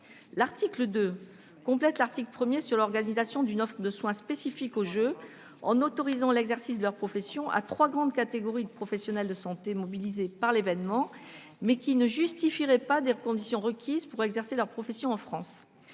L'article 2 complète l'article 1 quant à l'organisation d'une offre de soins spécifique aux Jeux, en autorisant l'exercice de leur profession à trois grandes catégories de professionnels de santé qui seraient mobilisés pour l'événement, mais ne justifieraient pas des conditions requises pour exercer leur profession en France.